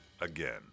again